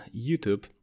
YouTube